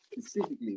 specifically